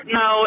no